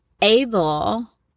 able